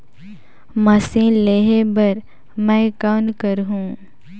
Machine लेहे बर मै कौन करहूं?